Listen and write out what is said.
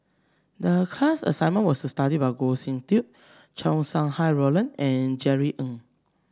the class assignment was to study about Goh Sin Tub Chow Sau Hai Roland and Jerry Ng